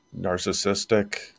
narcissistic